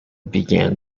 began